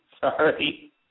Sorry